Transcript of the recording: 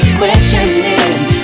questioning